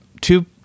Two-